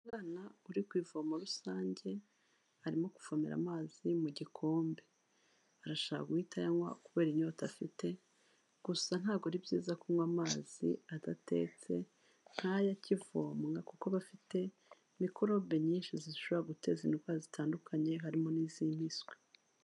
Umwana uri ku ivomo rusange arimo kuvomera amazi mu gikombe arashaka guhita ayanywa kubera inyota afite, gusa ntago ari byiza kunywa amazi adatetse nk'ayo akivomwa kuko aba afite microbes nyinshi zishobora guteza indwara zitandukanye harimo n'iz'impiswi.